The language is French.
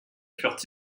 furent